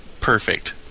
perfect